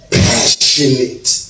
passionate